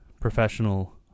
professional